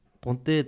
Ponte